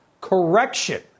correction